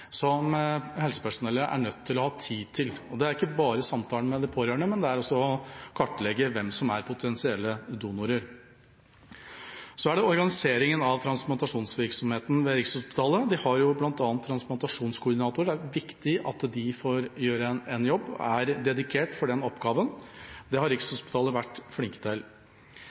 som helsepersonellet er nødt til å ha tid til, og det er ikke bare samtalen med de pårørende, men også kartlegging av hvem som er potensielle donorer. Så er det organiseringen av transplantasjonsvirksomheten ved Rikshospitalet. Vi har jo bl.a. transplantasjonskoordinatorer. Det er viktig at de får gjøre en jobb, er dedikert for den oppgaven. Det har